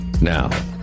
Now